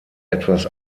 etwas